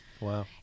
Wow